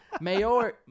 mayor